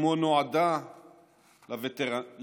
כמו נועדה לווטרנים.